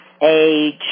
age